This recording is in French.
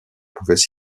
pouvaient